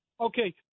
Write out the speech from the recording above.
Okay